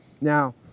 Now